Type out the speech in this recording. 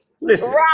Listen